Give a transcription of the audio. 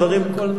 חוק הקולנוע,